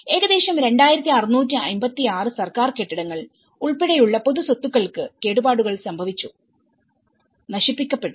ഏകദേശം 2656 സർക്കാർ കെട്ടിടങ്ങൾ ഉൾപ്പെടെയുള്ള പൊതുസ്വത്തുക്കൾക്ക് കേടുപാടുകൾ സംഭവിച്ചു നശിപ്പിക്കപ്പെട്ടു